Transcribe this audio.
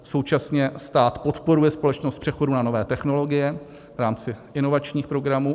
Současně stát podporuje společnost v přechodu na nové technologie v rámci inovačních programů.